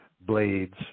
blades